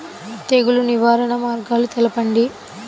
తెగులు నివారణ మార్గాలు తెలపండి?